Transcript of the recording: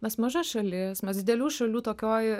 mes maža šalis mes didelių šalių tokioj